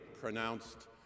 pronounced